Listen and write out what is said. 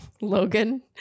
Logan